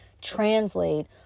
translate